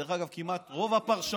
דרך אגב, רוב הפרשנים,